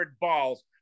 balls